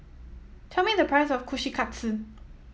tell me the price of Kushikatsu